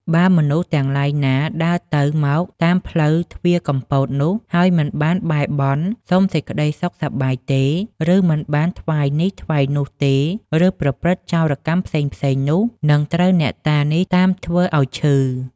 បើមនុស្សទាំងឡាយណាដើរទៅមកតាមផ្លូវទ្វារកំពតនោះ ហើយមិនបានបែរបន់ សុំសេចក្ដីសុខសប្បាយទេ ឬមិនបានថ្វាយនេះថ្វាយនោះទេ ឬប្រព្រឹត្តចោរកម្មផ្សេងៗនោះ នឹងត្រូវអ្នកតានេះតាមធ្វើ ឲ្យឈឺ